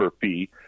fee